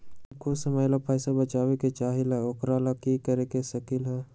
हम कुछ समय ला पैसा बचाबे के चाहईले ओकरा ला की कर सकली ह?